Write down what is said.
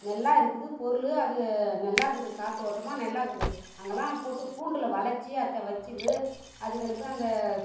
நல்லா இருக்குது பொருள் அது நல்லா இருக்குது காற்றோட்டமா நல்லா இருக்குது அங்கெல்லாம் போட்டு கூண்டில் வளைச்சி அதை வச்சிருந்து அதுங்களுக்கு அந்த